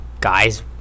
Guys